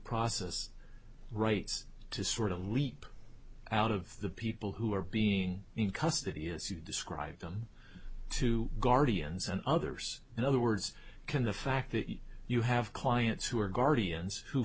process rights to sort of leap out of the people who are being in custody as you described them to guardians and others in other words can the fact that you have clients who are guardians who